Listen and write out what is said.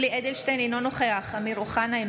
(קוראת בשמות חברי הכנסת) יולי יואל אדלשטיין,